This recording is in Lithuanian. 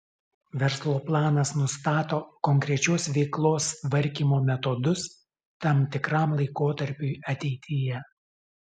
verslo planas nustato konkrečios veiklos tvarkymo metodus tam tikram laikotarpiui ateityje